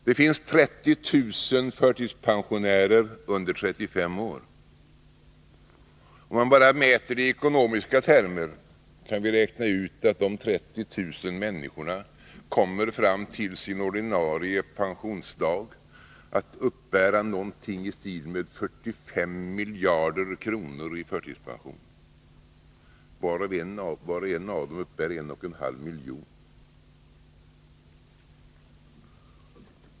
Det finns 30 000 förtidspensionärer under 35 år. Om man bara mäter i ekonomiska termer, kan vi räkna ut att de 30 000 människorna fram till sin ordinarie pensionsdag kommer att uppbära någonting i stil med 45 miljarder kronor i förtidspension. Var och en av dem uppbär 1,5 miljoner.